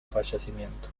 fallecimiento